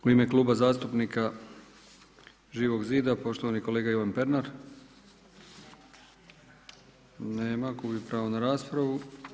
U ime Kluba zastupnika Živog zida, poštovani kolega Ivan Pernar, nema ga, gubi pravo na raspravu.